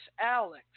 Alex